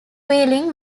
wheeling